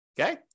Okay